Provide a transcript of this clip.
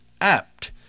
apt